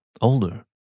older